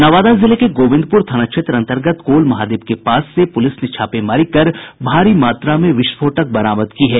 नवादा जिले के गोविंदपुर थाना क्षेत्र अंतर्गत कोल महादेव के पास से पुलिस ने छापेमारी कर भारी मात्रा में विस्फोटक बरामद की है